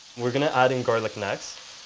we're going to add and garlic next